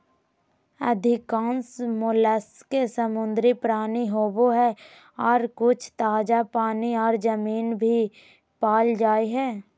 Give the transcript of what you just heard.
अधिकांश मोलस्क समुद्री प्राणी होवई हई, आर कुछ ताजा पानी आर जमीन पर भी पाल जा हई